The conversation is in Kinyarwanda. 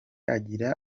agira